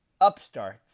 upstarts